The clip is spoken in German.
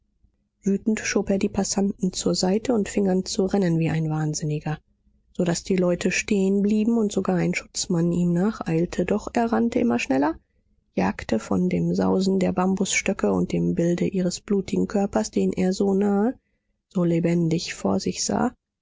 wütend schob er die passanten zur seite und fing an zu rennen wie ein wahnsinniger so daß die leute stehen blieben und sogar ein schutzmann ihm nacheilte doch er rannte immer schneller gejagt von dem sausen der bambusstöcke und dem bilde ihres blutigen körpers den er so nahe so lebend vor sich sah